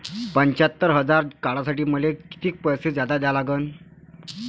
पंच्यात्तर हजार काढासाठी मले कितीक पैसे जादा द्या लागन?